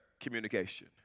communication